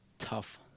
tough